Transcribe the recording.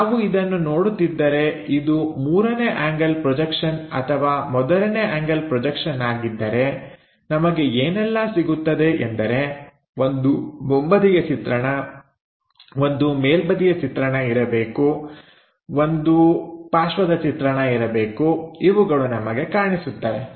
ನಾವು ಇದನ್ನು ನೋಡುತ್ತಿದ್ದರೆ ಇದು ಮೂರನೇ ಆಂಗಲ್ ಪ್ರೊಜೆಕ್ಷನ್ ಅಥವಾ ಮೊದಲನೇ ಆಂಗಲ್ ಪ್ರೊಜೆಕ್ಷನ್ ಆಗಿದ್ದರೆ ನಮಗೆ ಏನೆಲ್ಲಾ ಸಿಗುತ್ತದೆ ಎಂದರೆ ಒಂದು ಮುಂಬದಿಯ ಚಿತ್ರಣ ಒಂದು ಮೇಲ್ಬದಿಯ ಚಿತ್ರಣ ಇರಬೇಕು ಒಂದು ಪಾರ್ಶ್ವದ ಚಿತ್ರಣ ಇರಬೇಕು ಇವುಗಳು ನಮಗೆ ಕಾಣಿಸುತ್ತವೆ